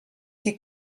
qui